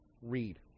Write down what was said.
read